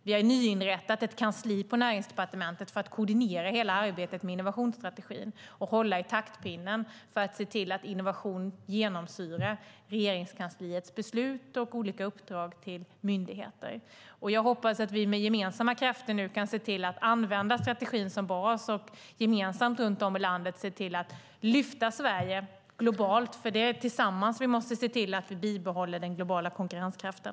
Vi har nyinrättat ett kansli på Näringsdepartementet som ska koordinera hela arbetet med innovationsstrategin och hålla i taktpinnen för att se till att innovation genomsyrar Regeringskansliets beslut och olika uppdrag till myndigheter. Jag hoppas att vi med gemensamma krafter nu kan se till att använda strategin som bas och gemensamt runt om i landet se till att lyfta Sverige globalt, för det är tillsammans som vi måste se till att vi bibehåller den globala konkurrenskraften.